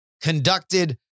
conducted